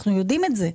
אנחנו יודעים את זה.